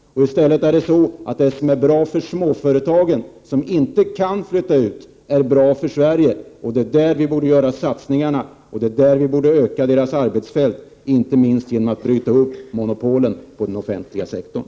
I stället är det så att det som är bra för småföretagen, som inte kan flytta ut, är bra för Sverige. Det är där vi borde göra satsningarna, och det är där vi borde öka deras arbetsfält — inte minst genom att bryta upp monopolen på den offentliga sektorn.